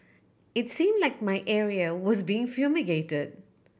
it seemed like my area was being fumigated